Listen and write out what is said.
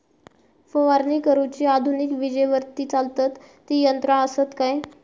फवारणी करुची आधुनिक विजेवरती चलतत ती यंत्रा आसत काय?